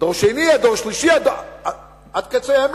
עד דור שני, עד דור שלישי, עד קץ הימים.